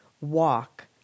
Walk